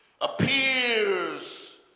appears